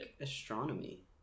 astronomy